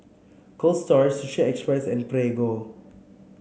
Cold Storage Sushi Express and Prego